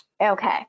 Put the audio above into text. Okay